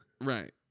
Right